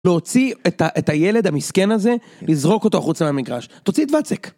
להוציא את הילד המסכן הזה, לזרוק אותו החוצה מהמגרש, תוציא את ואצק.